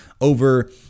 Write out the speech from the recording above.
over –